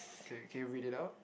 K can you read it out